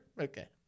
Okay